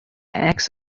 eggs